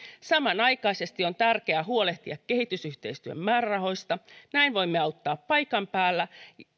samanaikaisesti on tärkeää huolehtia kehitysyhteistyön määrärahoista näin voimme auttaa paikan päällä